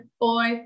boy